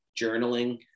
journaling